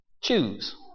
Choose